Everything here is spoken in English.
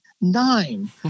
nine